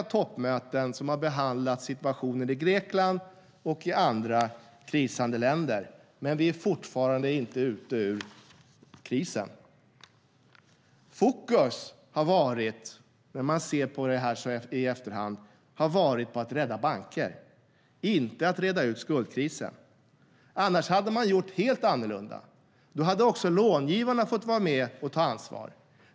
Situationen i Grekland och i andra krisande länder har behandlats på otaliga toppmöten, men vi är fortfarande inte ute ur krisen. Fokus har varit att rädda banker, inte att reda ut skuldkrisen. Annars hade man gjort helt annorlunda. Då hade också långivarna fått vara med och ta ansvar.